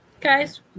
guys